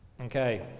Okay